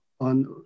on